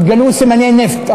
הוא כמעט אמר: התגלו סימני נפט,